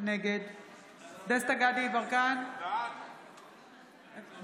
נגד דסטה גדי יברקן, בעד